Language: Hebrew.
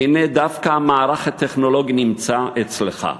והנה, דווקא המערך הטכנולוגי נמצא אצלך.